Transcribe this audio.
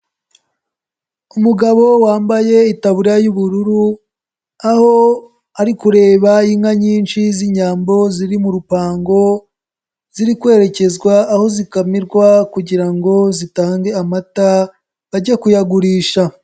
Umugabo wambaye itaburiya y'ubururu, aho ari kureba inka nyinshi z'inyambo ziri mu rupango, ziri kwerekezwa aho zikamirwa kugirango zitange amata, bajye kuyagurisha.